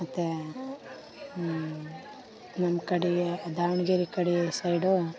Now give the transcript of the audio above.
ಮತ್ತು ನಮ್ಮ ಕಡೆಗೆ ದಾವಣ್ಗೆರೆ ಕಡೆ ಸೈಡು